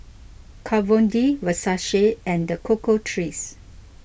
Kat Von D Versace and the Cocoa Trees